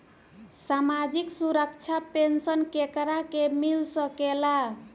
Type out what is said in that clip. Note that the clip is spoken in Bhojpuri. सामाजिक सुरक्षा पेंसन केकरा के मिल सकेला?